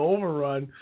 Overrun